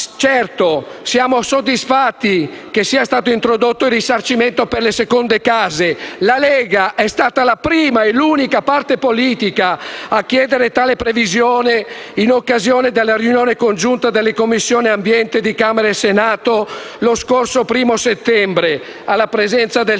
Certo, siamo soddisfatti che sia stato introdotto il risarcimento per le seconde case. La Lega è stata la prima e l'unica parte politica a chiedere tale previsione in occasione della riunione congiunta delle Commissioni ambiente di Camera e Senato lo scorso 1° settembre alla presenza del